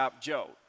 Joe